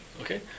Okay